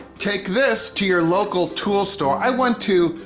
take this to your local tool store. i went to,